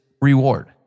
reward